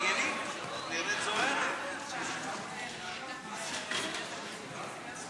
להעביר את הצעת חוק המהנדסים והאדריכלים (תיקון,